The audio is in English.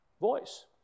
voice